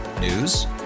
News